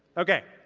okay.